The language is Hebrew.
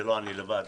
זה לא אני לבד,